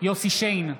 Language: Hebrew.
יוסף שיין,